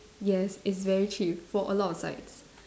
yes it's very cheap for a lot of sides